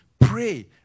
Pray